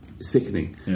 sickening